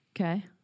Okay